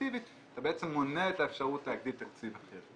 תקציבית אתה בעצם מונע את האפשרות להגדיל תקציב אחר.